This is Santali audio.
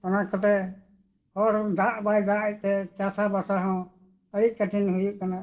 ᱚᱱᱟ ᱠᱚᱛᱮ ᱦᱚᱲ ᱫᱟᱜ ᱵᱟᱭ ᱫᱟᱜ ᱮᱫ ᱛᱮ ᱪᱟᱥᱟᱵᱟᱥᱟ ᱦᱚᱸ ᱟᱹᱰᱤ ᱠᱚᱴᱷᱤᱱ ᱦᱩᱭᱩᱜ ᱠᱟᱱᱟ